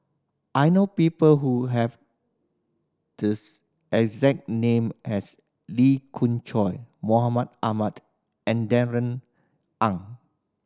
I know people who have these exact name as Lee Khoon Choy Mahmud Ahmad and Darrell Ang